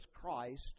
Christ